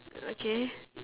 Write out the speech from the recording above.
okay